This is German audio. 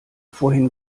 vorhin